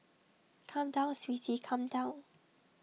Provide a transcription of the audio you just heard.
come down sweetie come down